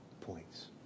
points